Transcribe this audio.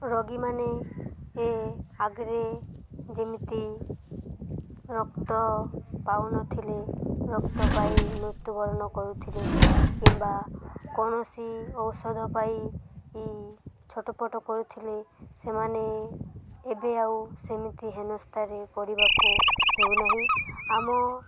ରୋଗୀମାନେ ଆଗରେ ଯେମିତି ରକ୍ତ ପାଉନଥିଲେ ରକ୍ତ ପାଇ ମୃତ୍ୟୁବରଣ କରୁଥିଲେ କିମ୍ବା କୌଣସି ଔଷଧ ପାଇ ଛଟପଟ କରୁଥିଲେ ସେମାନେ ଏବେ ଆଉ ସେମିତି ହିନସ୍ତାରେ ପଡ଼ିବାକୁ ହେଉନାହିଁ ଆମ